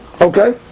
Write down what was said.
Okay